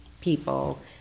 people